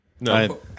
No